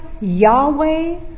Yahweh